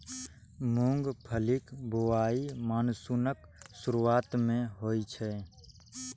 मूंगफलीक बुआई मानसूनक शुरुआते मे होइ छै